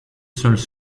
seules